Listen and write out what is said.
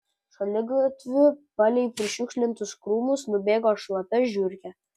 šaligatviu palei prišiukšlintus krūmus nubėgo šlapia žiurkė